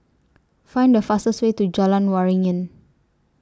Find The fastest Way to Jalan Waringin